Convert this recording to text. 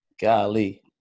Golly